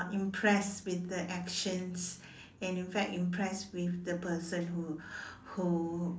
impressed with the actions and in fact impressed with the person who who